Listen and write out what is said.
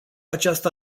această